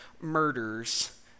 murders